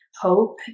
hope